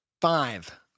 Five